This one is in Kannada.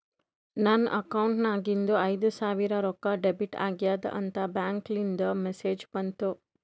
ನನ್ ಅಕೌಂಟ್ ನಾಗಿಂದು ಐಯ್ದ ಸಾವಿರ್ ರೊಕ್ಕಾ ಡೆಬಿಟ್ ಆಗ್ಯಾದ್ ಅಂತ್ ಬ್ಯಾಂಕ್ಲಿಂದ್ ಮೆಸೇಜ್ ಬಂತು